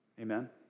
Amen